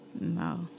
No